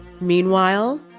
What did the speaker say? Meanwhile